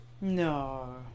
No